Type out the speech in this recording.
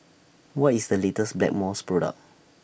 What IS The latest Blackmores Product